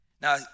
Now